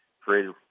created